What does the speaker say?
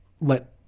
let